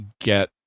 get